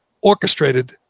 orchestrated